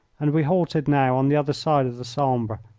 and we halted now on the other side of the sambre,